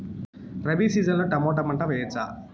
Rabi season లో tomato పంట వేయవచ్చా?